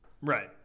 Right